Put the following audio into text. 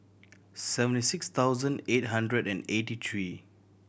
seventy six thousand eight hundred and eighty three